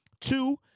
Two